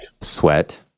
sweat